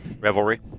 Revelry